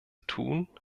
tun